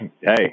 Hey